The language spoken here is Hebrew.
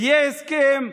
יהיה הסכם,